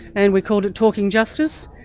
and we called it talking justice,